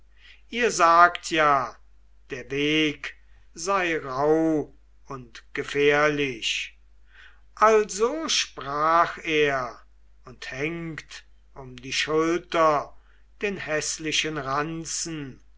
ihr sagt ja der weg sei rauh und gefährlich also sprach er und hängt um die schulter den häßlichen ranzen